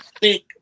thick